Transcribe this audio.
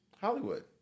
Hollywood